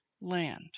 land